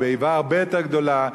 ובאיבה הרבה יותר גדולה,